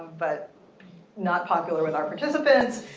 but not popular with our participants.